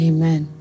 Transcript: Amen